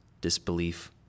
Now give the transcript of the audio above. disbelief